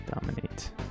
dominate